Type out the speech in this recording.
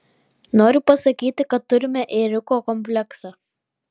noriu pasakyti kad turime ėriuko kompleksą